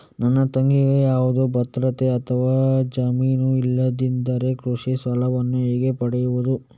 ನನ್ನ ತಂಗಿಗೆ ಯಾವುದೇ ಭದ್ರತೆ ಅಥವಾ ಜಾಮೀನು ಇಲ್ಲದಿದ್ದರೆ ಕೃಷಿ ಸಾಲವನ್ನು ಹೇಗೆ ಪಡೆಯುದು?